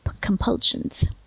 compulsions